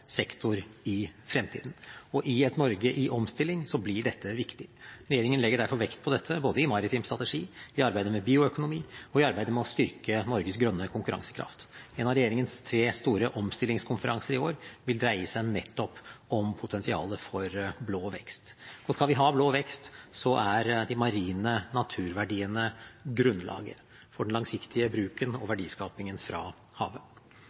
sektor i fremtiden. Og i et Norge i omstilling blir dette viktig. Regjeringen legger derfor vekt på dette både i maritim strategi, i arbeidet med bioøkonomi og i arbeidet med å styrke Norges grønne konkurransekraft. En av regjeringens tre store omstillingskonferanser i år vil dreie seg nettopp om potensialet for blå vekst. Og skal vi ha blå vekst, er de marine naturverdiene grunnlaget for den langsiktige bruken og verdiskapingen fra havet.